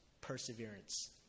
perseverance